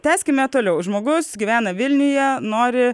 tęskime toliau žmogus gyvena vilniuje nori